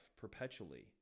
perpetually